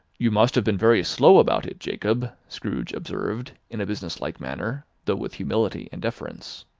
you must have been very slow about it, jacob, scrooge observed, in a business-like manner, though with humility and deference.